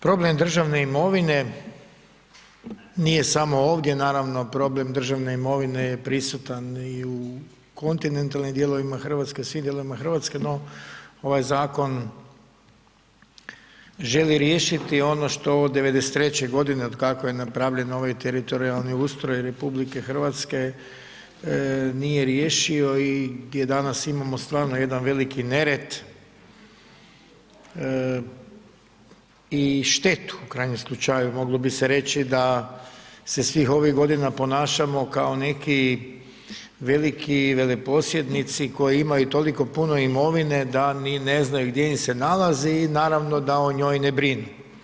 Problem državne imovine nije samo ovdje, naravno, problem državne imovine je prisutan i u kontinentalnim dijelovima Hrvatske, svim dijelovima Hrvatske, no ovaj zakon želi riješiti ono što od 93. godine, otkako je napravljen ovaj teritorijalni ustroj RH nije riješio i gdje danas imamo stvarno jedan veliki nered i štetu u krajnjem slučaju, moglo bi se reći da se svih ovih godina ponašamo kao neki veliki veleposjednici koji imaju toliko puno imovine da ni ne znaju gdje im se nalazi i naravno da o njoj ne brinu.